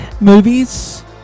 movies